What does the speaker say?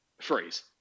phrase